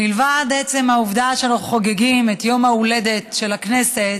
מלבד עצם העובדה שאנחנו חוגגים את יום ההולדת של הכנסת,